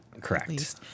Correct